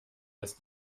ist